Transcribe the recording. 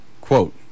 Quote